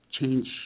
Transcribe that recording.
change